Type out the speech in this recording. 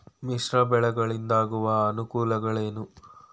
ಮಿಶ್ರ ಬೆಳೆಗಳಿಂದಾಗುವ ಅನುಕೂಲಗಳೇನು?